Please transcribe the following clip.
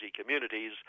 communities